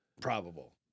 probable